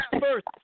First